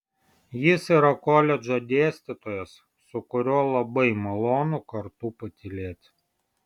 jis yra koledžo dėstytojas su kuriuo labai malonu kartu patylėti